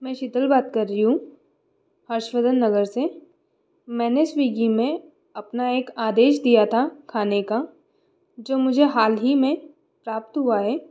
मैं शीतल बात कर रई हूँ हर्षवर्धन नगर से मैंने स्विगी में अपना एक आदेश दिया था खाने का जो मुझे हाल ही में प्राप्त हुआ है